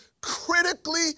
critically